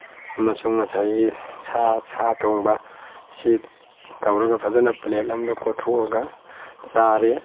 ꯑꯃꯁꯨꯡ ꯉꯁꯥꯏꯒꯤ ꯁꯥ ꯁꯥ ꯊꯣꯡꯕꯁꯤ ꯇꯧꯔꯒ ꯐꯖꯅ ꯄ꯭ꯂꯦꯠ ꯑꯃꯗ ꯀꯣꯠꯊꯣꯛꯑꯒ ꯆꯥꯔꯦ